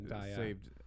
saved